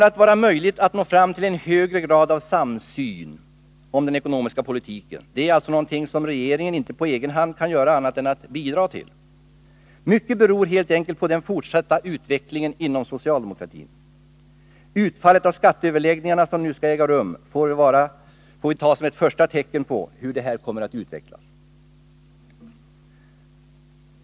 Att möjliggöra en högre grad av samsyn i fråga om den ekonomiska politiken är alltså någonting som regeringen inte på egen hand kan göra annat än att bidra till. Mycket beror helt enkelt på den fortsatta utvecklingen inom socialdemokratin. Utfallet av de skatteöverläggningar som nu skall äga rum får vi väl ta som ett första tecken på hur det här kommer att utvecklas.